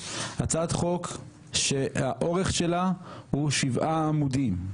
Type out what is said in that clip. הצעת חוק שהאורך שלה הוא שבעה עמודים,